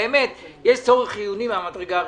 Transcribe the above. יש צורך חיוני מהמדרגה הראשונה.